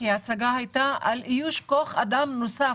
כי ההצגה היתה על איוש כוח אדם נוסף,